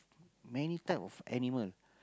many type of animal